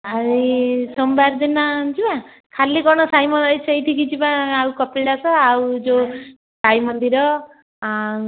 ଆଉ ସୋମବାର ଦିନ ଯିବା ଖାଲି କ'ଣ ସାଇ ମ ଏ ସେଇଠିକି ଯିବା ଆଉ କପିଳାସ ଆଉ ଯେଉଁ ସାଇମନ୍ଦିର ଆଉ